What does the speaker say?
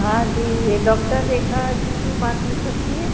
हाँ जी ये डॉक्टर रेखा जी से बात हो सकती है